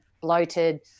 bloated